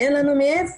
כי אין לנו מאיפה.